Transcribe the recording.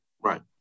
Right